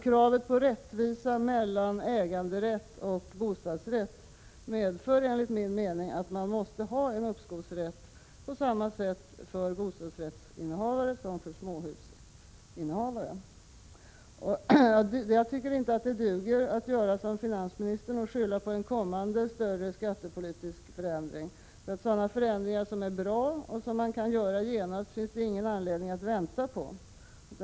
Kravet på rättvisa mellan äganderätt och bostadsrätt medför enligt min mening att man måste ha en uppskovsrätt för bostadsrättsinnehavare på samma sätt som för småhusägare. Jag tycker inte att det duger att göra som finansministern och skylla på en kommande större skattepolitisk förändring. Sådana förändringar som är bra och som man kan göra genast finns det ingen anledning att vänta med.